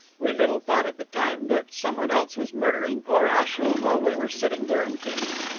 we little thought at the time that some one else was murdering poor ashiel while we were sitting there in peace.